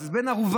אז הוא בן ערובה.